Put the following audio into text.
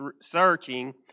searching